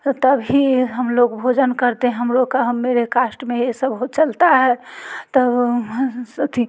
तब ही हम लोग भोजन करते हैं हम लोग का हम मेरे कास्ट में ये सब हो चलता है तब हम सब अथी